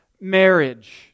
marriage